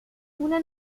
una